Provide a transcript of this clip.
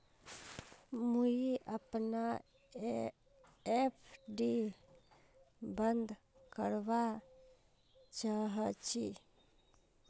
मुई अपना एफ.डी बंद करवा चहची